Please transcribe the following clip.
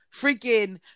freaking